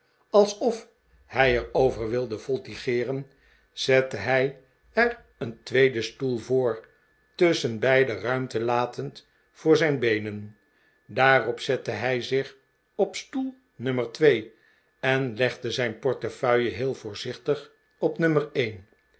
alsof hij er over wilde voltigeeren zette hij er een tweeden stoel voor tusschen beide ruimte latend voor zijn beenen daarop zette hij zich op stoel nummer twee en legde zijn portefeuille heel voorzichtig op nummer een